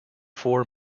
four